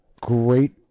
great